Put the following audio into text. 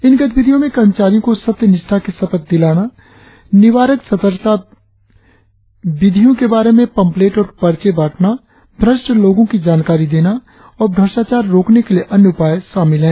इन गतिविधियों में कर्मचारियों को सत्य निष्ठा की शपथ दिलाना निवारक सतर्कता तिविधियों के बारे में पंपलेट और पर्चे बांटना भ्रष्ट लोगों की जानकारी देना और भ्रष्टाचार रोकने के अन्य उपाय शामिल है